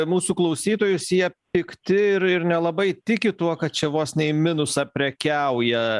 mūsų klausytojus jie pikti ir ir nelabai tiki tuo kad čia vos ne į minusą prekiauja